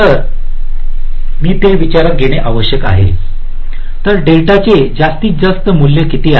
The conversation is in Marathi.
तर मी ते विचारात घेणे आवश्यक आहे तर डेल्टाचे जास्तीत जास्त मूल्य किती आहे